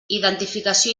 identificació